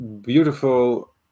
beautiful